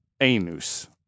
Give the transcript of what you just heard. anus